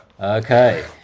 Okay